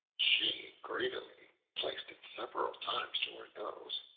she greedily placed it several times to her nose,